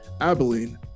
Abilene